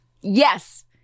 Yes